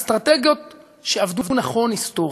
אסטרטגיות שעבדו נכון היסטורית.